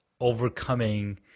overcoming